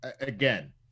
again